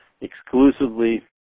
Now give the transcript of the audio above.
exclusively